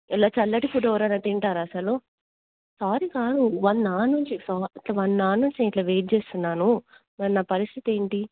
ఇలా చల్లటి ఫుడ్ ఎవరైనా తింటారా అసలు సారీ కాదు వన్ అవర్ నుంచి ఇట్లా వన్ అవర్ నుంచి ఇట్లా వెయిట్ చేస్తున్నాను మరి నా పరిస్థితి ఏమిటి